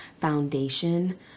foundation